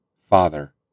Father